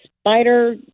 spider